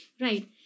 Right